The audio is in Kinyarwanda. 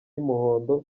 y’umuhondo